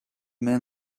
man